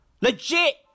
Legit